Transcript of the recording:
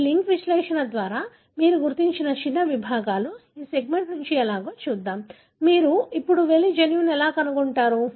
ఈ లింక్ విశ్లేషణ ద్వారా మీరు గుర్తించిన చిన్న విభాగాలు ఆ సెగ్మెంట్ నుండి ఎలాగో చూద్దాం మీరు ఇప్పుడు వెళ్లి జన్యువును ఎలా కనుగొంటారు